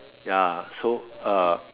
ya so uh